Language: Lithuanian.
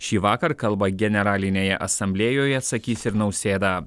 šįvakar kalbą generalinėje asamblėjoje sakys ir nausėda